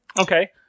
Okay